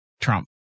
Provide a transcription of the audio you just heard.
Trump